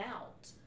out